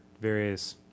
various